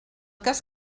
cas